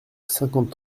cinquante